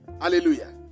Hallelujah